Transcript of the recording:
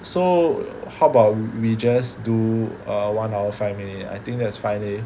so how about we just do err one hour five minute I think that's fine leh